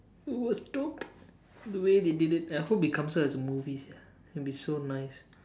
worst top the way they did it I hope it comes out as a movie sia it will be so nice